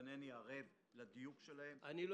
ואינני ערב לדיוק שלהם --- אני לא